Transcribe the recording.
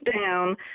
down